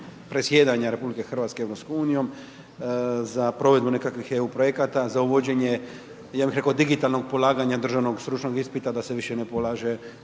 predsjedanja RH EU-om, za provedbu nekakvih EU projekata, za uvođenje, ja bih rekao, digitalnog polaganja državnog stručnog ispita, da se više ne polaže